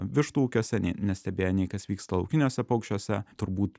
vištų ūkiuose nestebėjo nei kas vyksta laukiniuose paukščiuose turbūt